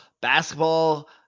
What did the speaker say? basketball